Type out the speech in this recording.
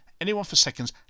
anyoneforseconds